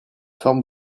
forme